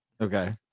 Okay